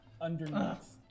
Underneath